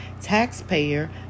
taxpayer